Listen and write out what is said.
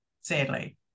sadly